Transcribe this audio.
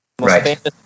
Right